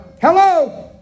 Hello